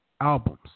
albums